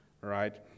right